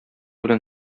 белән